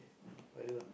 what you do now